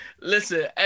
Listen